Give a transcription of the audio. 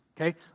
okay